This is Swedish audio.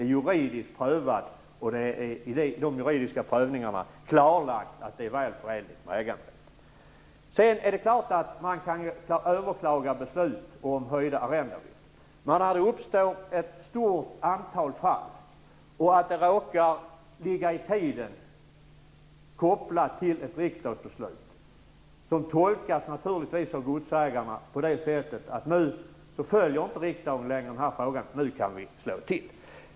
Det är juridiskt prövat, och det är i dessa juridiska prövningar klarlagt att det är väl förenligt med äganderätten. Det är klart att man kan överklaga beslut om höjda arrendeavgifter. Men det har uppstått ett stort antal fall som i tiden ligger kopplat till ett riksdagsbeslut. Det har naturligtvis tolkats av godsägarna som: Riksdagen följer inte längre den här frågan, och nu kan vi slå till.